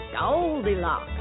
Goldilocks